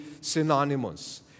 synonymous